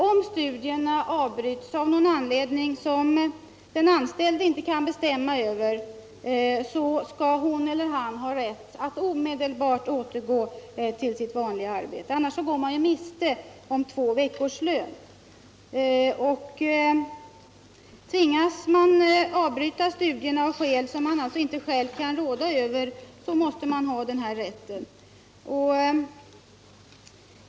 Om studierna avbryts av någon anledning som den anställde inte kan be stämma över skall hon eller han ha rätt att omedelbart återgå till sitt vanliga arbete — annars går vederbörande miste om två veckors lön. Tving as man avbryta studierna av skäl som man inte själv kan råda över måste man ha den här rätten.